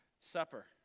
Supper